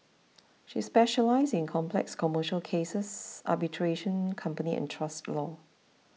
she specialises in complex commercial cases arbitration company and trust law